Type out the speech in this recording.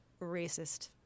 racist